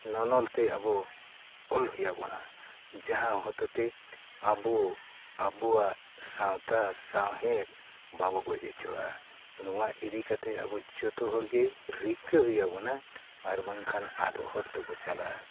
ᱱᱚᱱᱚᱞᱛᱮ ᱟᱵᱚ ᱚᱞ ᱦᱩᱭᱟᱵᱚᱱᱟ ᱡᱟᱦᱟᱸ ᱦᱚᱛᱮᱛᱮ ᱟᱵᱚ ᱟᱵᱚᱣᱟᱜ ᱥᱟᱶᱛᱟ ᱥᱟᱶᱦᱮᱫ ᱵᱟᱵᱚᱱ ᱜᱚᱡ ᱦᱚᱪᱚᱣᱟᱜᱼᱟ ᱱᱚᱣᱟ ᱤᱫᱤ ᱠᱟᱛᱮ ᱟᱵᱚ ᱡᱚᱛᱚ ᱦᱚᱲᱜᱮ ᱨᱤᱠᱟᱹ ᱦᱩᱭᱟᱵᱚᱱᱟ ᱟᱨ ᱵᱟᱝᱠᱷᱟᱱ ᱟᱫᱚᱜ ᱦᱚᱨ ᱛᱮᱵᱚᱱ ᱪᱟᱞᱟᱜᱼᱟ